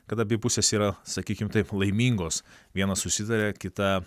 kada abi pusės yra sakykim taip laimingos viena susitarė kita